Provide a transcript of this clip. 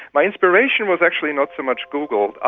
my inspiration was actually not so much google,